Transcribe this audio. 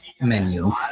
menu